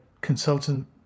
consultant